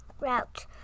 route